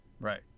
Right